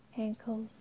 ankles